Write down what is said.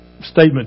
statement